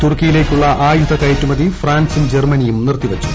തുർക്കിയിലേക്കുള്ള ആയുധ കയറ്റുമതി ഫ്രാൻസും ജർമ്മനിയും നിർത്തിവച്ചു